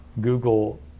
Google